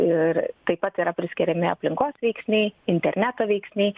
ir taip pat yra priskiriami aplinkos veiksniai interneto veiksniai